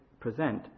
present